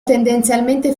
tendenzialmente